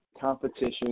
competition